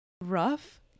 Rough